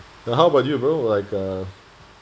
how about you bro like uh